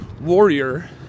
warrior